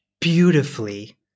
beautifully